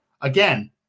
again